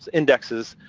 indexes,